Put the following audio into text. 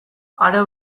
aro